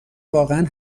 واقعا